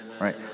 right